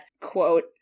quote